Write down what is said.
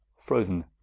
frozen